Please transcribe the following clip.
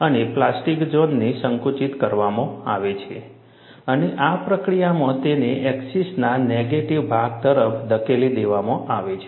અને પ્લાસ્ટિક ઝોનને સંકુચિત કરવામાં આવ્યો છે અને આ પ્રક્રિયામાં તેને એક્સિસના નેગેટિવ ભાગ તરફ ધકેલી દેવામાં આવે છે